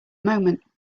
moment